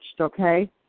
okay